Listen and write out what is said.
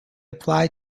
apply